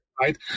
right